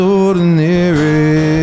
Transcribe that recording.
ordinary